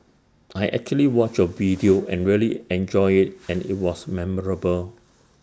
I actually watched your video and really enjoyed and IT was memorable